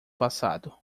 passado